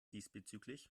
diesbezüglich